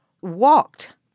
walked